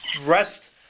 rest